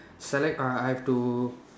select uh I have to